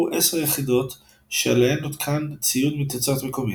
10 יחידות שעליהן הותקן ציוד מתוצרת מקומית.